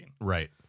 Right